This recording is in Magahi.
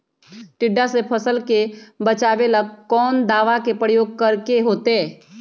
टिड्डा से फसल के बचावेला कौन दावा के प्रयोग करके होतै?